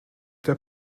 der